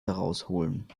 herausholen